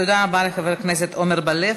תודה רבה לחבר הכנסת עמר בר-לב.